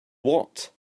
what